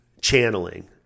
channeling